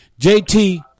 JT